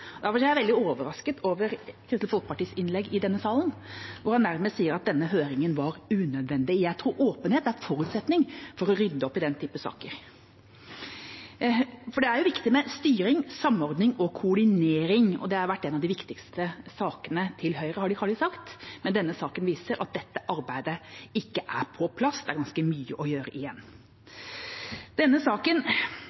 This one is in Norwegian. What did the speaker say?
jeg er veldig overrasket over Kristelig Folkepartis innlegg i denne salen, hvor en nærmest sier at denne høringen var unødvendig. Jeg tror åpenhet er en forutsetning for å rydde opp i denne typen saker. Det er viktig med styring, samordning og koordinering, og det har vært en av de viktigste sakene for Høyre, har de sagt. Men denne saken viser at dette arbeidet ikke er på plass. Det er ganske mye igjen å gjøre.